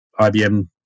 IBM